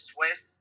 Swiss